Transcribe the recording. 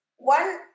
One